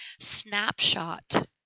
snapshot